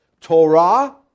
Torah